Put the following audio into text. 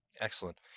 Excellent